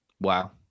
Wow